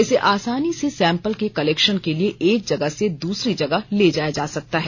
इसे आसानी से सैंपल के कलेक्शन के लिए एक जगह से दूसरी जगह ले जाया जा सकता है